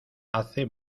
hace